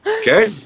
Okay